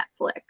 Netflix